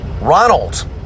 Ronald